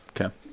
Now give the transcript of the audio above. Okay